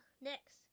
Next